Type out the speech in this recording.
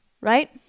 right